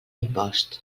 impost